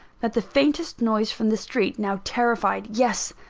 that the faintest noise from the street now terrified yes,